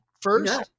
first